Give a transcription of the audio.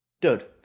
dude